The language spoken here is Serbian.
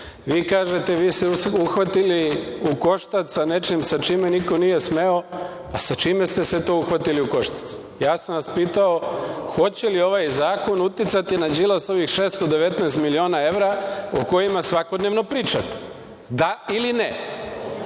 Vi kažete, vi se uhvatili u koštac sa nečim sa čime niko nije smeo. Sa čime ste se to uhvatili u koštac? Pitao sam vas da li će ovaj zakon uticati na Đilasovih 619 miliona evra, o kojima svakodnevno pričate? Da ili ne?